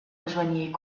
rejoignait